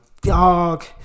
dog